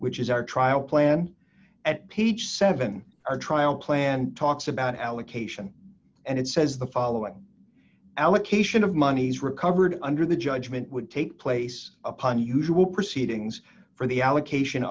which is our trial plan at page seven trial planned talks about allocation and it says the following allocation of monies recovered under the judgment would take place upon usual proceedings for the allocation